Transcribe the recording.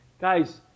Guys